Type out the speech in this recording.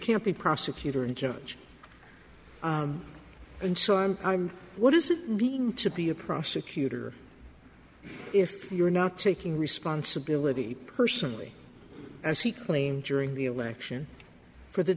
can't be prosecutor and judge and so i'm i'm what does it mean to be a prosecutor if you're not taking responsibility personally as he claimed during the election for the